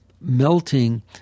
melting